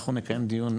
אנחנו נקיים פה דיון,